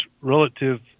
relative